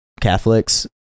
catholics